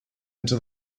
into